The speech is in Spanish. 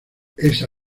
esa